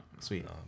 Sweet